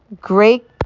Great